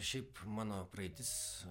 šiaip mano praeitis